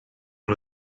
nhw